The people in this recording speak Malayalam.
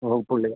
ഓ പുള്ളി